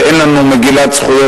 ואין לנו מגילת זכויות,